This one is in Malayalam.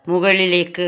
മുകളിലേക്ക്